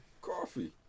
Coffee